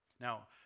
Now